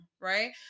right